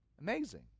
Amazing